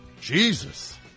Jesus